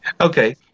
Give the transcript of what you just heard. Okay